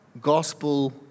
gospel